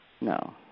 No